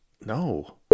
No